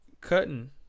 Cutting